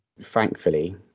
Thankfully